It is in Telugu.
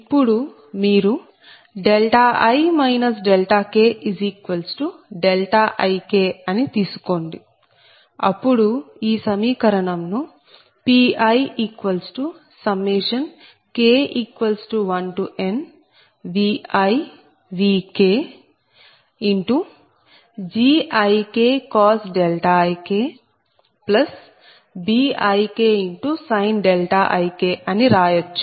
ఇప్పుడు మీరు i kik అని తీసుకోండి అప్పుడు ఈ సమీకరణం ను Pik1nViVkGikik Bikik అని రాయచ్చు